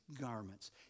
garments